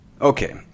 Okay